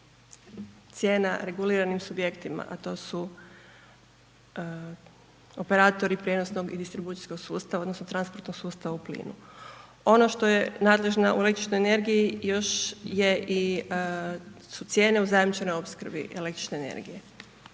cijena reguliranim subjektima, a to su operatori prijenosnog i distribucijskog sustava odnosno transportnog sustava u plinu. Ono što je nadležna u električnoj energiji još je i, su cijene u zajamčenoj opskrbi električne energije